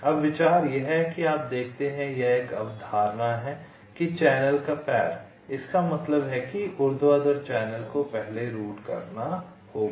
अब विचार यह है कि आप देखते हैं यहां यह अवधारणा है कि चैनल का पैर इसका मतलब है इस ऊर्ध्वाधर चैनल को पहले रूट करना होगा